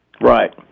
Right